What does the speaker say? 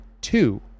two